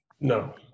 no